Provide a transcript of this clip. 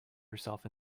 herself